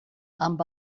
amb